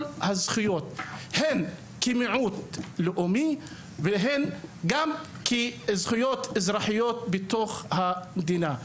הזכויות הן כמיעוט לאומי והן גם כזכויות אזרחיות בתוך המדינה.